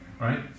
Right